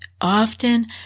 often